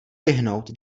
vyhnout